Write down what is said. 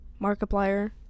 Markiplier